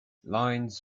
lines